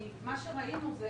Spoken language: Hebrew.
כי מה שראינו זה